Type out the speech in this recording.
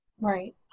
Right